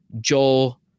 Joel